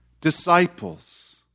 disciples